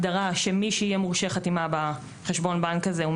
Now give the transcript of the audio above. הגדרה שמי שיהיה מורשה חתימה בחשבון הבנק הזה הוא: